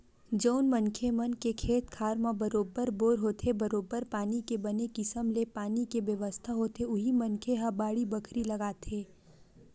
जउन मनखे मन के खेत खार म बरोबर बोर होथे बरोबर पानी के बने किसम ले पानी के बेवस्था होथे उही मनखे ह बाड़ी बखरी लगाथे